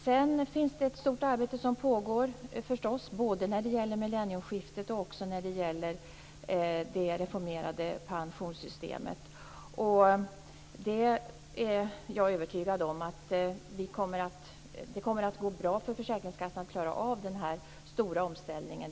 Sedan pågår ett stort arbete både när det gäller millennieskiftet och när det gäller det reformerade pensionssystemet. Jag är övertygad om att det kommer att gå bra för försäkringskassan att klara av den här stora omställningen.